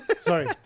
sorry